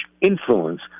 influence